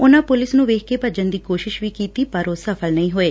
ਉਨੂਾ ਪੁਲਿਸ ਨੂੰ ਵੇਖ ਕੇ ਭੱਜਣ ਦੀ ਕੋਸ਼ਿਸ਼ ਵੀ ਕੀਤੀ ਪਰ ਸਫ਼ਲ ਨਹੀਂ ਹੋਈ